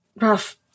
rough